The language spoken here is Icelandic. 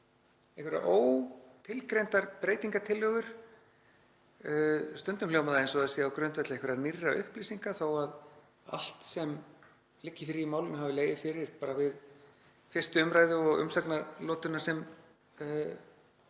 einhverjar ótilgreindar breytingartillögur. Stundum hljómar það eins og það sé á grundvelli einhverra nýrra upplýsinga þótt allt sem liggi fyrir í málinu hafi legið fyrir við 1. umr. og umsagnalotuna sem